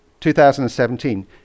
2017